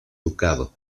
ducado